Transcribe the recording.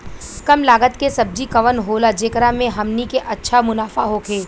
कम लागत के सब्जी कवन होला जेकरा में हमनी के अच्छा मुनाफा होखे?